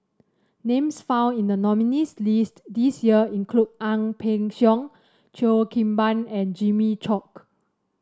names found in the nominees' list this year include Ang Peng Siong Cheo Kim Ban and Jimmy Chok